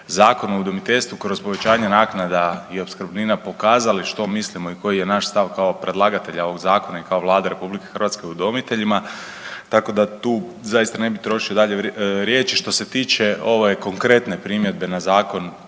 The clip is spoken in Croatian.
udomiteljstvu, kroz povećanje naknada i opskrbnina pokazali što mislimo i koji je naš stav kao predlagatelja ovog zakona i kao Vlade RH udomiteljima tako da tu zaista ne bi trošio dalje riječi. Što se tiče ove konkretne primjedbe na zakon,